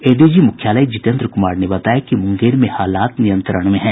ADG मुख्यालय जितेन्द्र कुमार ने बताया कि मुंगेर में हालात नियंत्रण में है